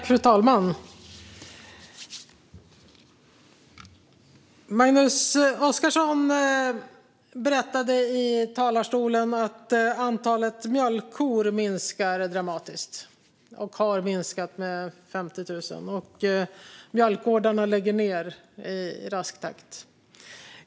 Fru talman! Magnus Oscarsson berättade i talarstolen att antalet mjölkkor minskar dramatiskt och har minskat med 50 000 på tio år. Mjölkgårdarna lägger ned i rask takt.